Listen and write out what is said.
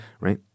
Right